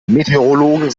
meteorologen